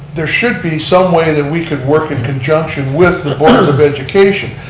there should be some way that we can work in conjunction with the board of education.